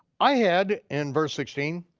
i had, in verse sixteen,